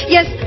Yes